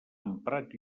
emprat